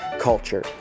culture